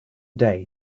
day